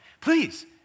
Please